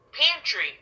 pantry